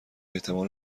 احتمال